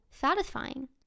satisfying